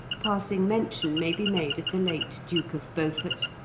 passing mention may be made of the late duke of beaufort,